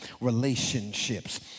relationships